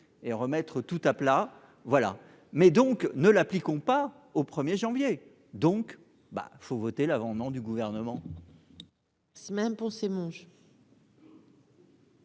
et remettre tout à plat, voilà, mais donc ne l'appliquons pas au 1er janvier donc bah faut voter l'avant non du gouvernement.